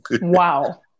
Wow